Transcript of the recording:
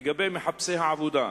לגבי מחפשי העבודה,